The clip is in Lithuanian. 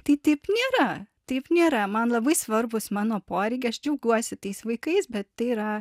tai taip nėra taip nėra man labai svarbūs mano poreikiai aš džiaugiuosi tais vaikais bet tai yra